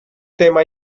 tema